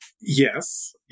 yes